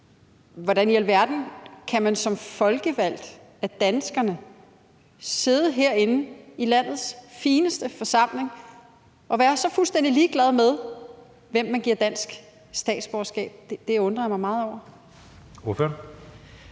Hvordan i alverden kan man som valgt af danskerne sidde herinde i landets fineste forsamling og være så fuldstændig ligeglad med, hvem man giver dansk statsborgerskab? Det undrer jeg mig meget over.